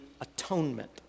atonement